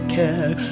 care